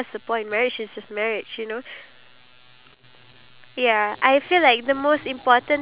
there's no planning involved that's why the marriage just seems like oh my god it's going downfall